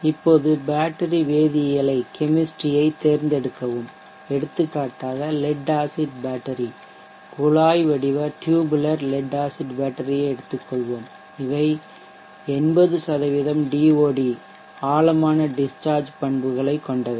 இப்போது பேட்டரி வேதியியலைத் தேர்ந்தெடுக்கவும் எடுத்துக்காட்டாக லெட் ஆசிட் பேட்டரி குழாய்வடிவ டியூபுலர் லெட் ஆசிட் பேட்டரியை எடுத்துக்கொள்வோம் இவை 80 DOD ஆழமான டிஷ்சார்ஜ் பண்புகளைக் கொண்டவை